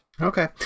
Okay